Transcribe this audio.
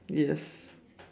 yes